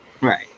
right